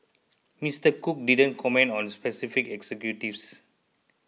Mr Cook didn't comment on specific executives